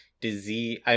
disease